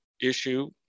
issue